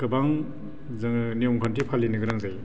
गोबां जोङो नियम खान्थि फालिनो गोनां जायो